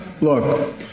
Look